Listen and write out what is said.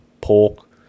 pork